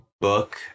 book